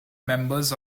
members